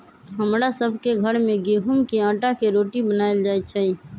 हमरा सभ के घर में गेहूम के अटा के रोटि बनाएल जाय छै